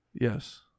Yes